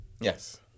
Yes